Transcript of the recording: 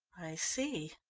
see,